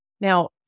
now